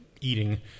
eating